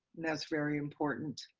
that's very important.